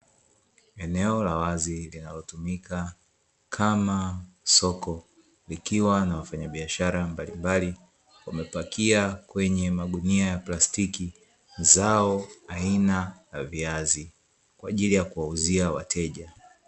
Eneo la wazi linalotumika kama soko likiwa na wafanyabiashara mbalimbali, wamepakia kwenye magunia ya plastiki zao aina ya viazi kwa ajili ya kuwauzia wateja.